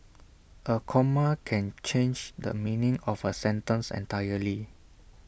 A comma can change the meaning of A sentence entirely